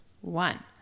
one